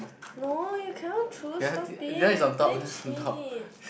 no you cannot choose stop it you play cheat